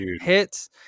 hits